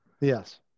Yes